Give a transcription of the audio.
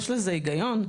יש לזה היגיון?